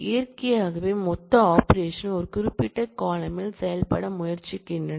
இயற்கையாகவே மொத்த ஆபரேஷன் ஒரு குறிப்பிட்ட காலம்ன்ல் செயல்பட முயற்சிக்கின்றன